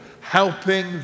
helping